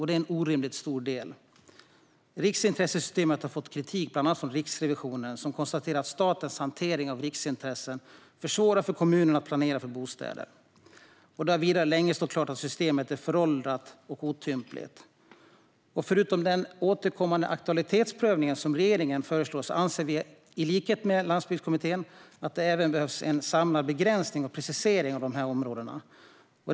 Det är en orimligt stor del. Riksintressesystemet har fått kritik från bland annat Riksrevisionen, som konstaterar att statens hantering av riksintressen försvårar för kommunerna att planera för bostäder. Och det har länge stått klart att systemet är föråldrat och otympligt. Förutom den återkommande aktualitetsprövning som regeringen föreslår anser vi, i likhet med Landsbygdskommittén, att det även behövs en samlad begränsning och precisering av dessa områden.